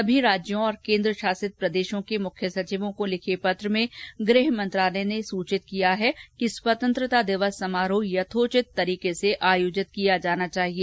सभी राज्यों और केन्द्र शासित प्रदेशों के मुख्य सचिवों को लिखे पत्र में गृह मंत्रालय ने सूचित किया है कि स्वतंत्रता दिवस समारोह यथोचित तरीके से आयोजित किया जाना चाहिए